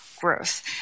growth